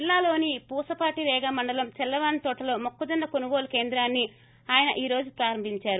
జిల్లాలోని పూసపాటిరేగ మండలం చెల్లవానితోటలో మొక్కజొన్స కొనుగోలు కేంద్రాన్ని ఆయన ఈ రోజు ప్రారంభించారు